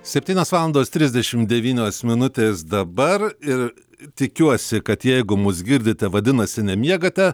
septynios valandos trisdešimt devynios minutės dabar ir tikiuosi kad jeigu mus girdite vadinasi nemiegate